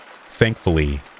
Thankfully